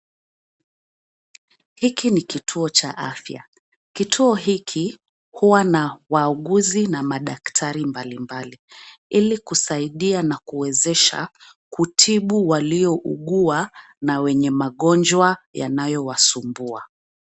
Hiki ni kituo cha afya. Kituo hiki kuwa na wauguzi na madaktari mbali mbali, ili kusaidia na kuwezesha kutibu walio uguwa na wenye magonjwa yanayo wasumbuwa.